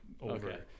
over